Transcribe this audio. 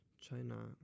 China